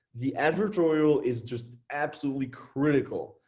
the advertorial is just absolutely critical.